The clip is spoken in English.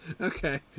Okay